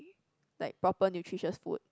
like proper nutritious food